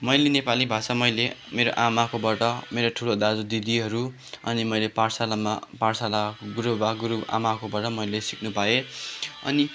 मैले नेपाली भाषा मैले मेरो आमाकोबाट मेरो ठुलो दाजुदिदीहरू अनि मैले पाठशालामा पाठशाला गुरुबा गुरुआमाकोबाट मैले सिक्नु पाएँ अनि